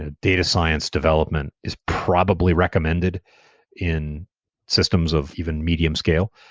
ah data science development is probably recommended in systems of even medium scale.